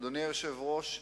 אדוני היושב-ראש,